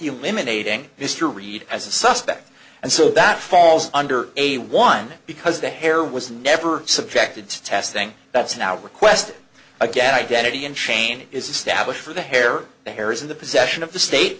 eliminating mr reed as a suspect and so that falls under a one because the hair was never subjected to testing that's now requested again identity and chain is established for the hair the hair is in the possession of the state